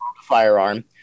firearm